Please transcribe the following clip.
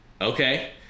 Okay